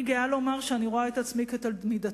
אני גאה לומר שאני רואה עצמי כתלמידתו,